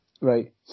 right